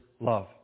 love